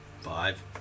Five